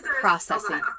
processing